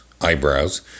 eyebrows